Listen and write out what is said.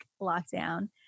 lockdown